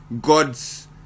God's